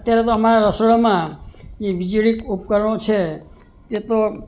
અત્યારે તો આમારા રસોડામાં વીજળીક ઉપકરણો છે એ તો